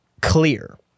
clear